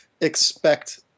expect